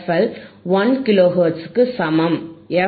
L one kilohertz க்கு சமம் F